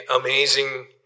amazing